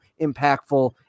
impactful